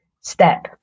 step